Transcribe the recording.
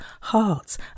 hearts